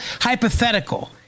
hypothetical